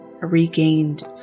regained